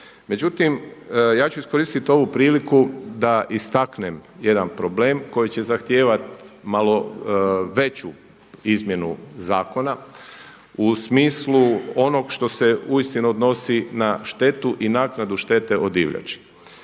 Međutim ja ću iskoristiti ovu priliku da istaknem jedan problem koji će zahtijevati malo veću izmjenu zakona u smislu onog što se uistinu odnosi na štetu i naknadu štete od divljači.